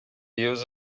use